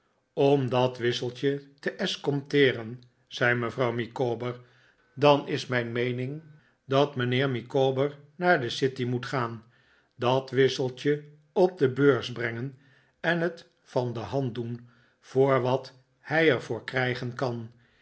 om dat wisseltje te escompteeren zei mevrouw micawber dan is mijn meening dat mijnheer micawber naar de city moet gaan dat wisseltje op de beurs brengen en het van de hand doen voor wat hij er voor krijgen kan